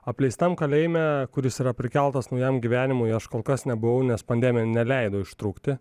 apleistam kalėjime kuris yra prikeltas naujam gyvenimui aš kol kas nebuvau nes pandemija neleido ištrūkti